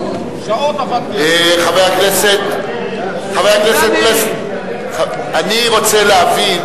חבר הכנסת פלסנר, אני רוצה להבין,